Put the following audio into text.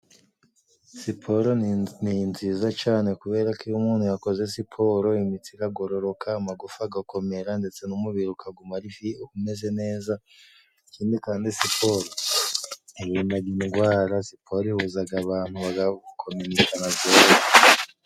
Siporo ni nziza cane kuberako iyo umuntu yakoze siporo imitsi iragororoka ,amagufa agakomera, ndetse n'umubiri ukaguma ari vi umeze neza, ikindi kandi siporo irindaga indwara, siporo ihuzaga abantu bagakominikana byoroshe.